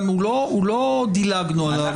גם לא דילגנו עליו,